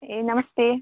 ए नमस्ते